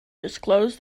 disclose